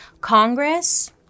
Congress